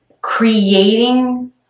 creating